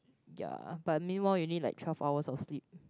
ya but meanwhile you need like twelve hours of sleep